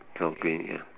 all green ya